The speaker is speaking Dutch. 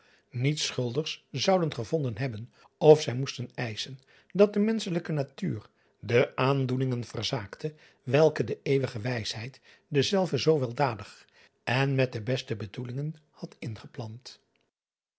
niets schuldigs zouden gevonden hebben of zij moesten eischen dat de menschelijke natuur de aandoeningen verzaakte welke de eeuwige wijsheid dezelve zoo weldadig en met de beste bedoelingen had ingeplant